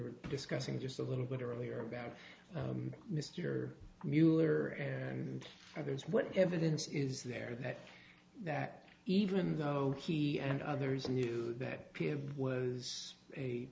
were discussing just a little bit earlier about mr mueller and others what evidence is there that that even though he and others knew that